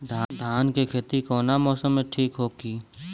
धान के खेती कौना मौसम में ठीक होकी?